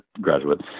graduate